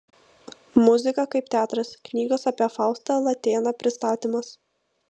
muzika kaip teatras knygos apie faustą latėną pristatymas